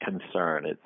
concern